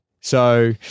so-